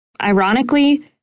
Ironically